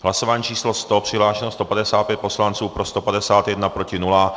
Hlasování číslo 100, přihlášeno 155 poslanců, pro 151, proti nikdo.